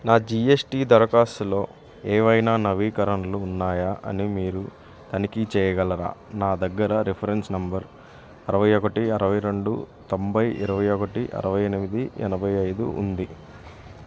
నా జిఎస్టి దరఖాస్తులో ఏవైనా నవీకరణలు ఉన్నాయా అని మీరు తనిఖీ చేయగలరా నా దగ్గర రిఫరెన్స్ నంబర్ అరవై ఒకటి అరవై రెండు తొంబై ఇరవై ఒకటి అరవై ఎనిమిది ఎనబై ఐదు ఉంది